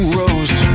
rose